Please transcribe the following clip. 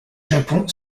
japon